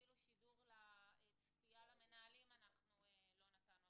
אפילו צפייה למנהלים לא נתנו,